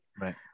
Right